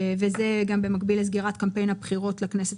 וזה גם במקביל לסגירת קמפיין הבחירות לכנסת